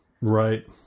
Right